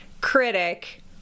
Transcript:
critic